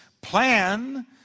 Plan